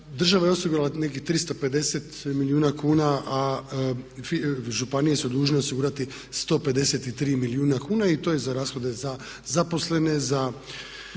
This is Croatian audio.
država je osigurala nekih 350 milijuna kuna, a županije su dužne osigurati 153 milijuna kuna. To je za rashode za zaposlene, za